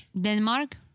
Denmark